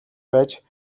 байж